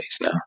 now